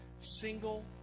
single